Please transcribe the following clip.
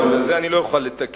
אבל את זה אני לא אוכל לתקן.